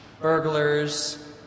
burglars